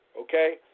okay